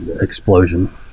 explosion